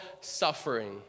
suffering